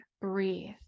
breathe